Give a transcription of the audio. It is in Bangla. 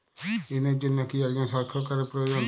ঋণের জন্য কি একজন স্বাক্ষরকারী প্রয়োজন?